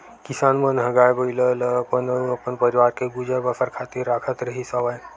किसान मन ह गाय, बइला ल अपन अउ अपन परवार के गुजर बसर खातिर राखत रिहिस हवन